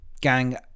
gang